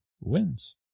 wins